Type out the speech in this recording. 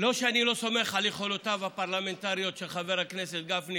לא שאני לא סומך על יכולותיו הפרלמנטריות של חבר הכנסת גפני